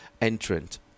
entrant